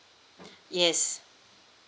yes